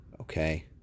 okay